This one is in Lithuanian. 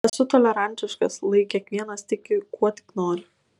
esu tolerantiškas lai kiekvienas tiki kuo tik nori